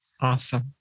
Awesome